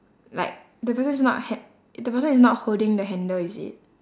like the person is not ha~ the person is not holding the handle is it